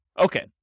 Okay